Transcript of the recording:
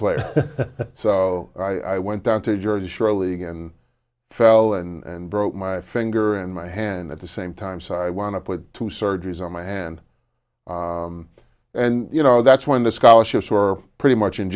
player so i went down to the jersey shore league and fell and broke my finger in my hand at the same time so i want to put two surgeries on my hand and you know that's when the scholarships or pretty much in